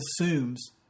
assumes